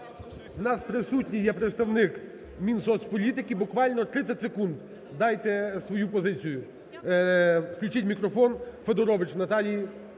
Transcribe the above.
В нас присутній є представник Мінсоцполітики. Буквально 30 секунд, дайте свою позицію. Включіть мікрофон Федорович Наталії.